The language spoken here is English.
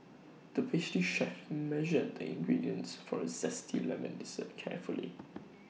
the pastry chef measured the ingredients for A Zesty Lemon Dessert carefully